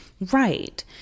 right